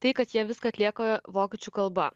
tai kad jie viską atlieka vokiečių kalba